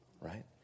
right